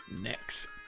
next